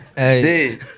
Hey